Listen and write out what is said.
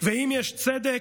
ואם יש צדק,